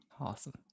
Awesome